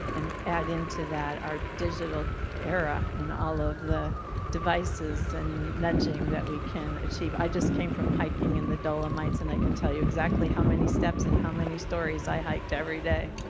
and add into that our digital era and all of the devices and nudging that we can achieve. i just came from hiking in the dolomites and i can tell you exactly how many steps and how many stories i hiked every day.